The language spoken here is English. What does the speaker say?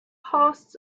hosts